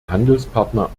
handelspartner